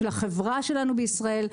של החברה שלנו בישראל,